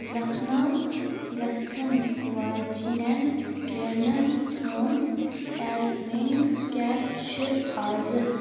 لکھنَو گژھن واجنِین ٹرٛینَن ہُنٛد ٹایمِنٛگ کیٛاہ چھِ آزٕ